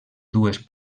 dues